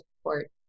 support